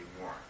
more